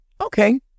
Okay